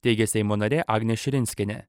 teigė seimo narė agnė širinskienė